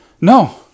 No